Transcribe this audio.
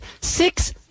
six